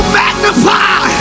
magnify